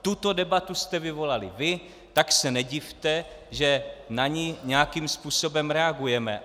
Tuto debatu jste vyvolali vy, tak se nedivte, že na ni nějakým způsobem reagujeme.